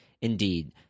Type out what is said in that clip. Indeed